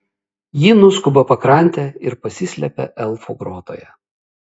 ji nuskuba pakrante ir pasislepia elfų grotoje